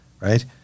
right